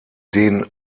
den